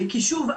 כי שוב,